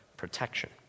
Protection